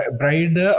bride